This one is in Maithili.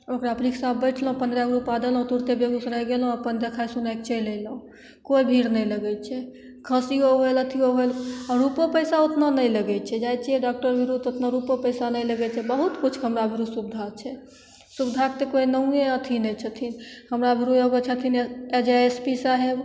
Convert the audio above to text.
ओकरापर रिक्शापर बैठलहुँ पन्द्रह गो रूपैआ देलहुँ तुरते बेगूसराय गेलहुँ अपन देखाय सुनायके चलि एलहुँ कोइ भीर नहि लगय छै खाँसीओ होल अथीओ होल आओर रूपो पैसा उतना नहि लगय छै जाइ छियै डॉक्टर भीरू तऽ उतना रूपो पैसा नहि लगय छै बहुत किछुके हमरा भीरू सुविधा छै सुविधाके तऽ कोइ नामे अथी नहि छथिन हमरा भीरू एगो छथिन अजय एस पी साहब